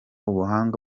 ubuhanga